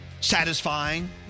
Satisfying